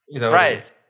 right